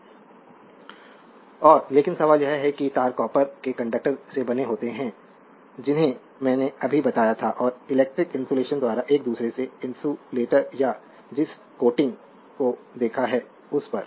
slide समय देखें 0711 और लेकिन सवाल यह है कि तार कॉपर के कंडक्टर से बने होते हैं जिन्हें मैंने अभी बताया था और इलेक्ट्रिक इन्सुलेशन द्वारा एक दूसरे से इन्सुलेटरथा जिस कोटिंग को देखा है उस पर